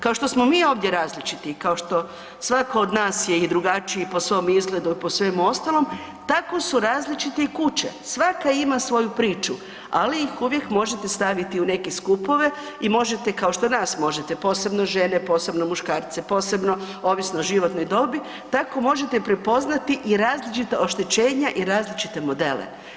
Kao što smo mi ovdje različiti i kao što svako od nas je i drugačiji po svom izgledu i po svemu ostalom tako su različite i kuće svaka ima svoju priču ali ih uvijek možete staviti u neke skupove i možete kao što nas možete, posebno žene, posebno muškarce, posebno ovisno o životnoj dobi, tako možete prepoznati i različita oštećenja i različite modele.